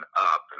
up